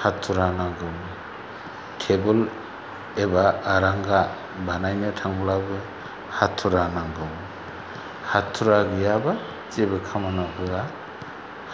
हाथुरा नांगौ थेबोल एबा आरांगा बानायनो थांब्लाबो हाथुरा नांगौ हाथुरा गैयाबा जेबो खामानियाव होया